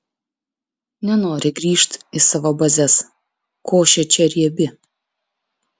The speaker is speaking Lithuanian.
nenori grįžt į savo bazes košė čia riebi